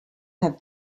have